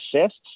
assists